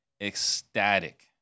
ecstatic